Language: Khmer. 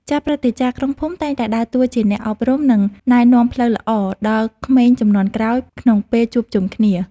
ចាស់ព្រឹទ្ធាចារ្យក្នុងភូមិតែងតែដើរតួជាអ្នកអប់រំ និងណែនាំផ្លូវល្អដល់ក្មេងជំនាន់ក្រោយក្នុងពេលជួបជុំគ្នា។